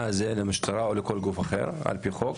הזה למשטרה או לכל גוף אחר על פי חוק,